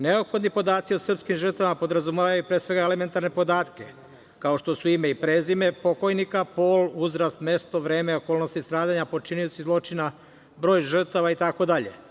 Neophodni podaci o srpski žrtvama podrazumevaju pre svega elementarne podatke, kao što su ime i prezime pokojnika, pol, uzrast, mesto, vreme i okolnosti stradanja, počinioci zločina, broj žrtava itd.